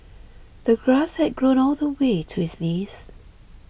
the grass had grown all the way to his knees